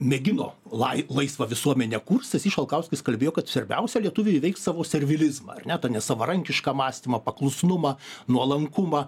mėgino lai laisvą visuomenę kurt stasys šalkauskis kalbėjo kad svarbiausia lietuviai įveikt savo servilizmą ar ne tą nesavarankišką mąstymą paklusnumą nuolankumą